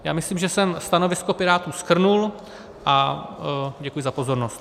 Já myslím, že jsem stanovisko Pirátů shrnul, a děkuji za pozornost.